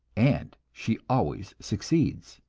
and she always succeeds.